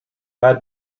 had